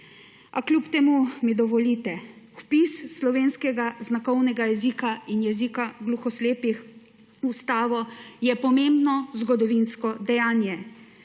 a kljub temu mi dovolite. Vpis slovenskega znakovnega jezika in jezika gluhoslepih v Ustavo je pomembno zgodovinsko dejanje,